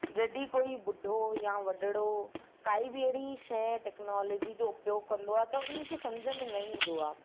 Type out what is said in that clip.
जॾहिं कोई ॿुढो या वॾिड़ो काई बि अहिड़ी शइ या टेक्नोलॉजी जो उपयोग कंदो आहे त उन्हनि खे सम्झ में न ईंदो आहे